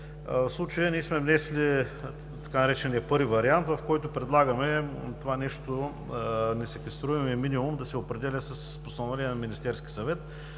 В случая ние сме внесли така наречения „І вариант“, в който предлагаме несеквестируемият минимум да се определя с постановление на Министерския съвет,